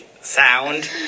sound